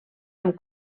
amb